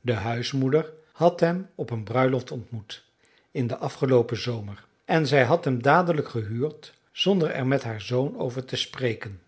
de huismoeder had hem op een bruiloft ontmoet in den afgeloopen zomer en zij had hem dadelijk gehuurd zonder er met haar zoon over te spreken